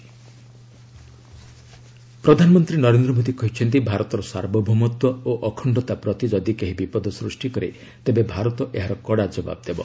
PM matters ପ୍ରଧାନମନ୍ତ୍ରୀ ନରେନ୍ଦ୍ର ମୋଦି କହିଛନ୍ତି ଭାରତର ସାର୍ବଭୌମତ୍ୱ ଓ ଅଖଣ୍ଡତା ପ୍ରତି ଯଦି କେହି ବିପଦ ସୃଷ୍ଟି କରେ ତେବେ ଭାରତ ଏହାର କଡ଼ା ଜବାବ ଦେବ